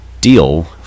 deal